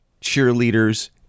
cheerleaders